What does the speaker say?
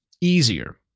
easier